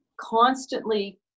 constantly